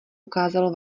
ukázalo